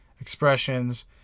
expressions